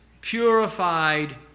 purified